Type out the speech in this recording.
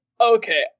Okay